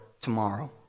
tomorrow